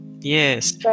Yes